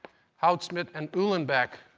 gaudsmit and uhlenbeck.